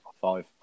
five